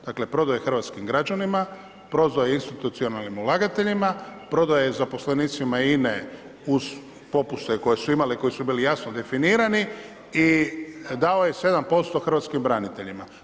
Dakle prodao je hrvatskim građanima, prodao je institucionalnim ulagateljima, prodao je zaposlenicima INA-e uz popuste koje su imali i koji su bili jasno definirani i dao je 7% hrvatskim braniteljima.